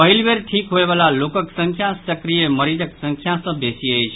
पहिल बेर ठीक होयबला लोकक संख्या सक्रिय मरीजक संख्या सॅ बेसी अछि